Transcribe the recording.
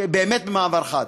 באמת מעבר חד.